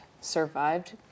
survived